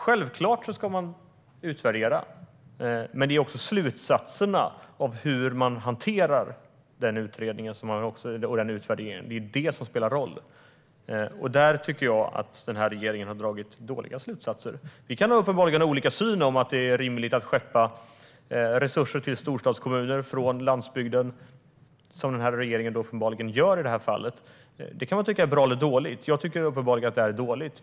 Självklart ska man utvärdera, men det är slutsatserna och hur man hanterar resultatet som spelar roll. Där tycker jag att den här regeringen har dragit dåliga slutsatser. Vi kan ha olika syn på om det är rimligt att skeppa resurser till storstadskommuner från landsbygden, som den här regeringen gör i det här fallet. Det kan man tycka är bra eller dåligt, men jag tycker att det är dåligt.